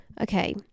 okay